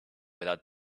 without